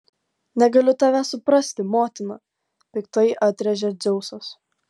negaliu tavęs suprasti motina piktai atrėžė dzeusas